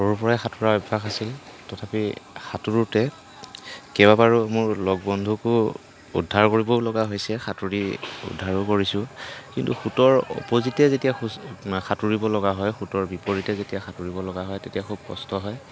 সৰুৰপৰাই সাঁতোৰাৰ অভ্যাস আছিল তথাপি সাঁতোৰোতে কেবাবাৰো মোৰ লগ বন্ধুকো উদ্ধাৰ কৰিবও লগা হৈছে সাঁতুৰি উদ্ধাৰো কৰিছোঁ কিন্তু সোঁতৰ অপজিতে যেতিয়া সাঁতুৰিবলগা হয় সোঁতৰ বিপৰীতে যেতিয়া সাঁতুৰিব লগা হয় তেতিয়া খুব কষ্ট হয়